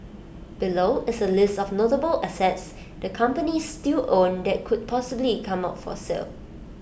below is A list of notable assets the companies still own that could possibly come up for sale